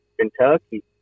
Kentucky